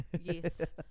yes